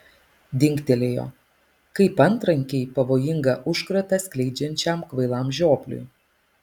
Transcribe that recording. dingtelėjo kaip antrankiai pavojingą užkratą skleidžiančiam kvailam žiopliui